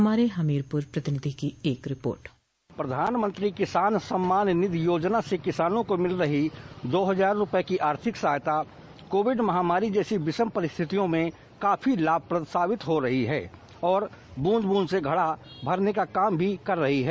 हमारे हमीरपुर प्रतिनिधि की एक रिपोर्ट प्रधानमंत्री किसान सम्मान निधि योजना से किसानों को मिल रही दो हजार रूपये की आर्थिक सहायता कोविड महामारी जैसी विषम परिस्थितियों में काफी लाभप्रद साबित हो रही है और ब्रंद ब्रंद से घड़ा भरने का काम कर रही है